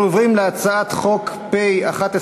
אנחנו עוברים להצעת חוק פ/1121,